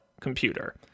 computer